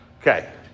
Okay